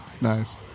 Nice